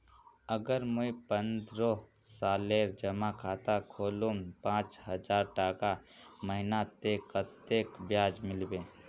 अगर मुई पन्द्रोह सालेर जमा खाता खोलूम पाँच हजारटका महीना ते कतेक ब्याज मिलबे?